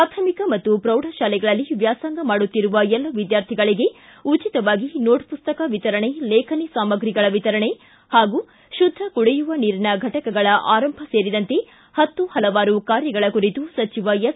ಪಾಥಮಿಕ ಮತ್ತು ಪ್ರೌಢಶಾಲೆಗಳಲ್ಲಿ ವ್ಯಾಸಂಗ ಮಾಡುತ್ತಿರುವ ಎಲ್ಲ ವಿದ್ಯಾರ್ಥಿಗಳಿಗೆ ಉಚಿತವಾಗಿ ನೋಟ್ ಪುಸ್ತಕ ವಿತರಣೆ ಲೇಖನಿ ಸಾಮಗ್ರಿಗಳ ವಿತರಣೆ ಹಾಗೂ ಶುದ್ದ ಕುಡಿಯುವ ನೀರಿನ ಘಟಕಗಳ ಆರಂಭ ಸೇರಿದಂತೆ ಪತ್ತು ಪಲವಾರು ಕಾರ್ಯಗಳ ಕುರಿತು ಸಚಿವ ಎಸ್